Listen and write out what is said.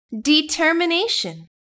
determination